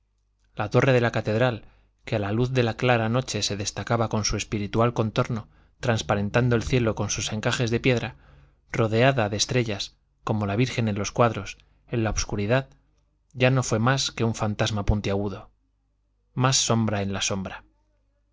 la torre de la catedral que a la luz de la clara noche se destacaba con su espiritual contorno transparentando el cielo con sus encajes de piedra rodeada de estrellas como la virgen en los cuadros en la obscuridad ya no fue más que un fantasma puntiagudo más sombra en la sombra